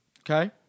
Okay